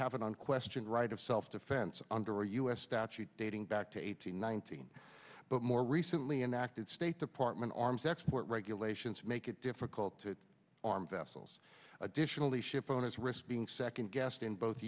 have an unquestioned right of self defense under us statute dating back to eighteen nineteen but more recently enacted state department arms export regulations make it difficult to arm vessels additionally ship owners risk being second guessed in both